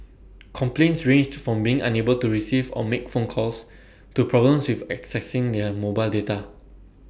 complaints ranged from being unable to receive or make phone calls to problems with accessing their mobile data